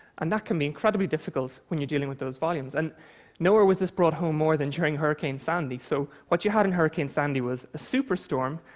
and that can be incredibly difficult when you're dealing with those volumes. and nowhere was this brought home more than during hurricane sandy. so what you had in hurricane sandy was a superstorm,